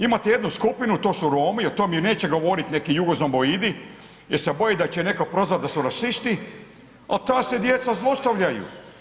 Imate jednu skupinu, to su Romi, o tome neće govoriti neki jugozomboidi jer se boje da će ih neko prozvati da su rasisti, ali ta se djeca zlostavljaju.